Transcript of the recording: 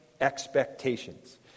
expectations